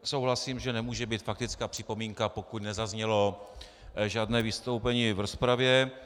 Souhlasím, že nemůže být faktická připomínka, pokud nezaznělo žádné vystoupení v rozpravě.